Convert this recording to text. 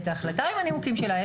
את ההחלטה עם הנימוקים שלה.